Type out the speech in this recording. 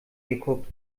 geguckt